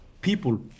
people